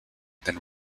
then